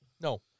No